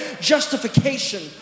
justification